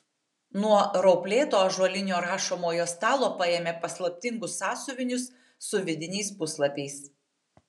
nuo rauplėto ąžuolinio rašomojo stalo paėmė paslaptingus sąsiuvinius su vidiniais puslapiais